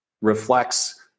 reflects